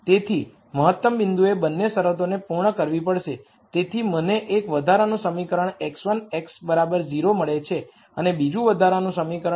તેથી મહત્તમ બિંદુએ બંને શરતોને પૂર્ણ કરવી પડશે તેથી મને એક વધારાનું સમીકરણ x1 x 0 મળે છે અને બીજું વધારાનું સમીકરણ 2 x 0 છે